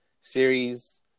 series